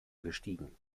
gestiegen